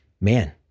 Man